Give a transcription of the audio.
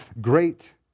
great